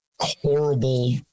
horrible